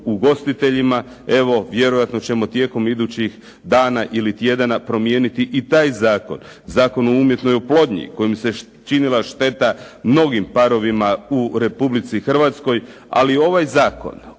ugostiteljima. Evo, vjerojatno ćemo tijekom idućih dana ili tjedana promijeniti i taj zakon, Zakon o umjetnoj oplodnji kojim se činila šteta mnogim parovima u Republici Hrvatskoj. Ali ovaj zakon